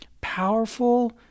powerful